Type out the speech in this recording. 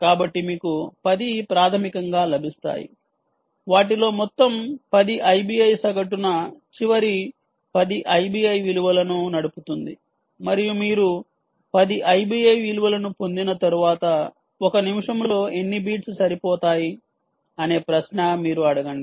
కాబట్టి మీకు 10 ప్రాథమికంగా లభిస్తాయి వాటిలో మొత్తం 10 ఐబిఐ సగటున చివరి 10 IBI విలువలను నడుపుతుంది మరియు మీరు 10 IBI విలువలను పొందిన తరువాత ఒక నిమిషం లో ఎన్ని బీట్స్ సరిపోతాయి అనే ప్రశ్న మీరు అడగండి